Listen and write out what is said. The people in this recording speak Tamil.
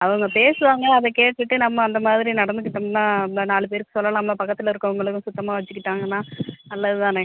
அவங்க பேசுவாங்கள் அதை கேட்டுகிட்டு நம்ம அந்த மாதிரி நடந்துக்கிட்டோம்னால் நம்ம நாலு பேருக்கு சொல்லலாம்ல பக்கத்தில் இருக்கிறவங்களும் சுத்தமாக வச்சிக்கிட்டாங்கன்னால் நல்லது தானே